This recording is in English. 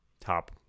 top